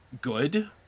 good